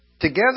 Together